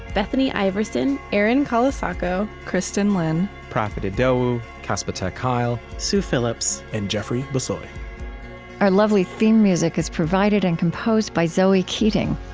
bethany iverson, erin colasacco, kristin lin, profit idowu, casper ter kuile, sue phillips, and jeffrey bissoy our lovely theme music is provided and composed by zoe keating.